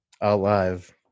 Alive